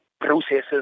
processes